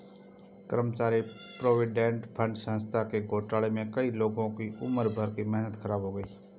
कर्मचारी provident fund संस्था के घोटाले में कई लोगों की उम्र भर की मेहनत ख़राब हो गयी